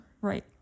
Right